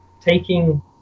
taking